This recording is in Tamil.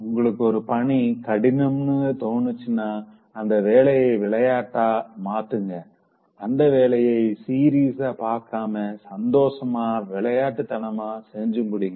உங்களுக்கு ஒரு பணி கடினம்னு தோணுச்சுனா அந்த வேலைய விளையாட்டா மாத்துங்க அந்த வேலைய சீரியஸா பாக்காம சந்தோஷமா விளையாட்டுத்தனமா செஞ்சு முடிங்க